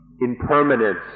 impermanence